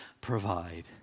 provide